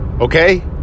okay